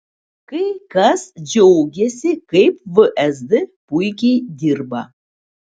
kai kas džiaugėsi kaip vsd puikiai dirba